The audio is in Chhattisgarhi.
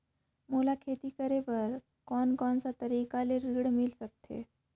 मोला खेती करे बर कोन कोन सा तरीका ले ऋण मिल सकथे?